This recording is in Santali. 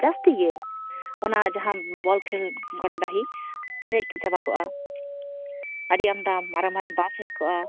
ᱡᱟᱹᱥᱛᱤ ᱜᱮ ᱚᱱᱟ ᱡᱟᱦᱟᱸ ᱵᱚᱞ ᱠᱷᱮᱹᱞ ᱜᱚᱰᱟ ᱰᱟᱦᱤ ᱯᱮᱨᱮᱡ ᱪᱟᱵᱟ ᱠᱚᱜᱼᱟ ᱟᱹᱰᱤ ᱟᱢᱫᱟ ᱢᱟᱨᱟᱝ ᱢᱟᱨᱟᱝ ᱵᱟᱥ ᱦᱮᱡ ᱠᱚᱜᱼᱟ